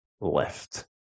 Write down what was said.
left